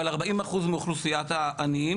אבל 40% מאוכלוסיית העניים.